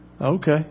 Okay